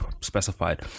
specified